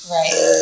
Right